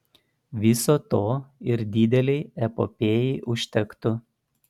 viso to ir didelei epopėjai užtektų